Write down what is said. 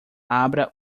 abra